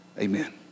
amen